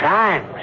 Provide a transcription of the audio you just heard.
time